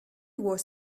was